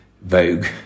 vogue